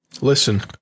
Listen